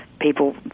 people